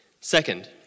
Second